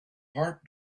heart